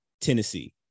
Tennessee